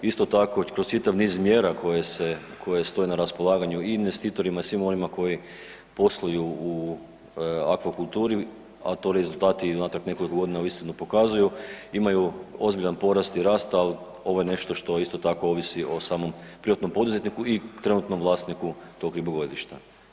Isto tako i kroz čitav niz mjera koje se, koje stoje na raspolaganju i investitorima i svima onima koji posluju u akvakulturi, a to rezultati unatrag nekoliko godina uistinu pokazuju imaju ozbiljan porast i rast, al ovo je nešto što isto tako ovisi o samom privatnom poduzetniku i trenutnom vlasniku tog ribogojilišta.